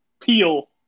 Peel